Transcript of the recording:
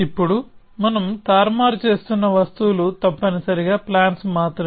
ఇప్పుడు మనం తారుమారు చేస్తున్న వస్తువులు తప్పనిసరిగా ప్లాన్స్ మాత్రమే